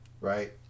right